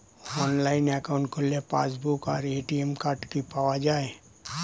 Online account খুললে passbook আর ATM card কি পাওয়া যায়?